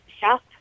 shop